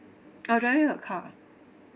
I'm driving a car